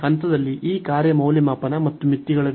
ಹಂತದಲ್ಲಿ ಈ ಕಾರ್ಯ ಮೌಲ್ಯಮಾಪನ ಮತ್ತು ಮಿತಿಗಳ ವ್ಯತ್ಯಾಸ